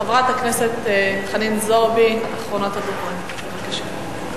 חברת הכנסת חנין זועבי, אחרונת הדוברים, בבקשה.